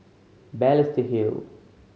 Balestier Hill